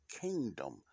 kingdom